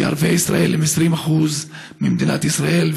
כי ערביי ישראל הם 20% ממדינת ישראל,